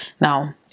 Now